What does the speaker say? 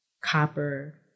copper